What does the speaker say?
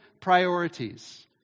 priorities